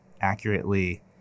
accurately